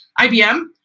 IBM